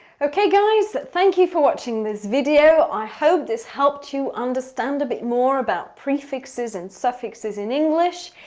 okay, guys. thank you for watching this video. i hoped this helped you understand a bit more about prefixes and suffixes in english.